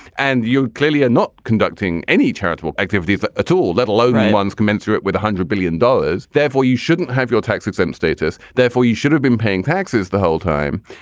and you clearly are not conducting any charitable activities at all, let alone ones commensurate with one hundred billion dollars. therefore, you shouldn't have your tax exempt status. therefore, you should have been paying taxes the whole time.